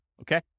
Okay